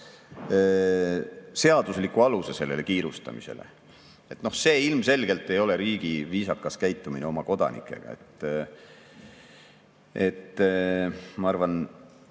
seadusliku aluse sellele kiirustamisele. See ilmselgelt ei ole riigi viisakas käitumine oma kodanikega. Ma arvan,